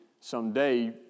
someday